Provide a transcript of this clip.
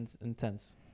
intense